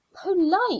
polite